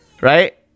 right